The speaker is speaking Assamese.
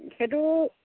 সেইটো